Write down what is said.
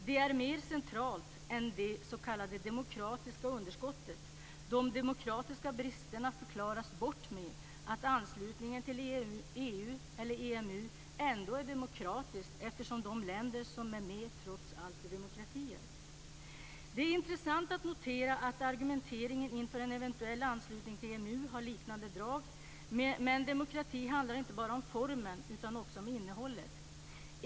Detta är mer centralt än det s.k. demokratiska underskottet. De demokratiska bristerna förklaras bort med att anslutningen till EU eller EMU ändå är demokratiskt, eftersom de länder som är med trots allt är demokratier. Det är intressant att notera att argumenteringen inför en eventuell anslutning till EMU har liknande drag. Men demokrati handlar inte bara om formen utan också om innehållet.